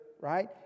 right